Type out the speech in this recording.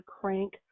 crank